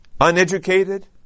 uneducated